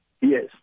Yes